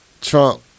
Trump